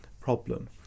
problem